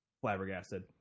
flabbergasted